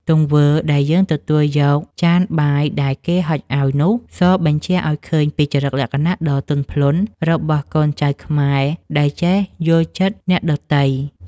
ទង្វើដែលយើងទទួលយកចានបាយដែលគេហុចឱ្យនោះ សបញ្ជាក់ឱ្យឃើញពីចរិតលក្ខណៈដ៏ទន់ភ្លន់របស់កូនខ្មែរដែលចេះយល់ចិត្តអ្នកដទៃ។